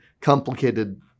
complicated